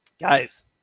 guys